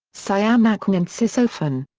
siam nakhon and sisophon.